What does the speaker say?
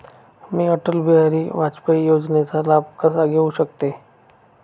मी अटल बिहारी वाजपेयी योजनेचा लाभ कसा घेऊ शकते?